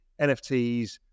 NFTs